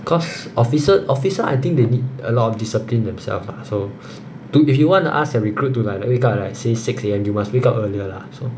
cause officer officer I think they need a lot of discipline themselves lah so to if you want to ask the recruit to like wake up at like since six A_M you must wake up earlier lah so